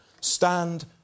Stand